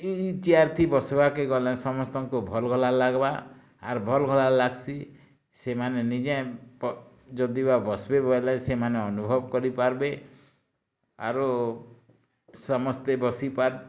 ଏଇ ଚେୟାର୍ ଥି ବସିବାକେ ଗଲେ ସମସ୍ତକୁଁ ଭଁଲ୍ ଗଲା ଲାଗ୍ବା ଆର୍ ଭଲ୍ ଗଲା ଲାଗ୍ସି ସେମାନେ ନିଜେ ଯଦି ବା ବସ୍ବେ ବଇଲେ ସେମାନେ ଅନୁଭବ୍ କରିପାର୍ବେ ଆରୁ ସମସ୍ତେ ବସିପା